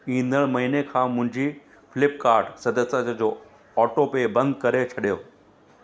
ईंदड़ु महीने खां मुंहिंजी फ्लिपकाट सदस्यता जो ऑटोपे बंदि करे छॾियो